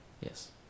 Yes